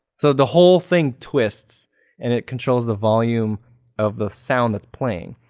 so, the whole thing twists and it controls the volume of the sound that's playing.